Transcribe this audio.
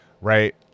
right